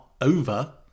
over